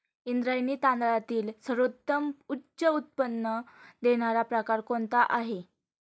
इंद्रायणी तांदळातील सर्वोत्तम उच्च उत्पन्न देणारा प्रकार कोणता आहे?